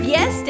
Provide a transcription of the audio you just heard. Yes